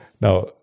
Now